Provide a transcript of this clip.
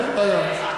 תוכנית-אם, זה רעיון.